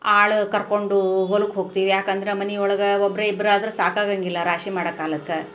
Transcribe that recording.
ಆಳು ಕರ್ಕೊಂಡು ಹೊಲಕ್ಕೆ ಹೋಗ್ತೀವಿ ಯಾಕಂದ್ರೆ ಮನೆ ಒಳಗೆ ಒಬ್ರು ಇಬ್ರಾದ್ರೆ ಸಾಕಾಗಂಗಿಲ್ಲ ರಾಶಿ ಮಾಡೋ ಕಾಲಕ್ಕೆ